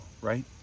right